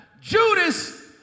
Judas